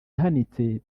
ihanitse